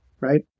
right